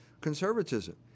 conservatism